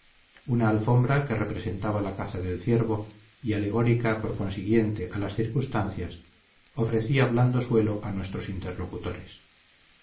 una alfombra que representaba la caza del ciervo y alegórica por consiguiente a las circunstancias ofrecía blando suelo a nuestros interlocutores